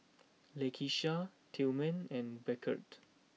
Lakeisha Tilman and Beckett